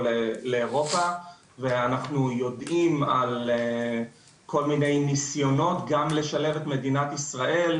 או לאירופה ואנחנו יודעים על כל מיני ניסיונות גם לשלב את מדינת ישראל,